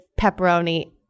pepperoni